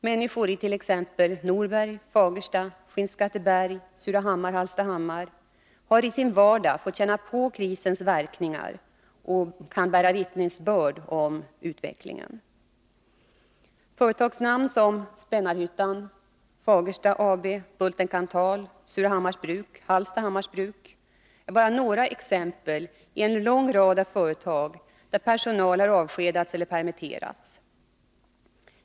Människor i t.ex. Norberg, Fagersta, Skinnskatteberg, Surahammar och Hallstahammar har i sin vardag fått känna på krisens verkningar och kan bära vittnesbörd om utvecklingen. Företagsnamn som Spännarhyttan, Fagersta AB, Bulten-Kanthal AB, Surahammars bruk och Hallstahammars bruk är bara några exempel i en lång rad av företag, där personal har avskedats eller permitterats.